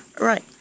right